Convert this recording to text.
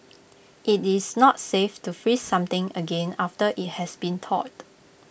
IT is not safe to freeze something again after IT has been thawed